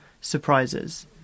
surprises